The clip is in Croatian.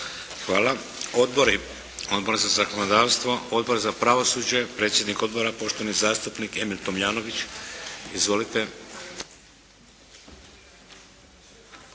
Hvala. Odbori? Odbor za zakonodavstvo, Odbor za pravosuđe. Predsjednik Odbora predsjednik Odbora, poštovani zastupnik Emil Tomljanović. Izvolite.